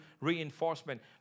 reinforcement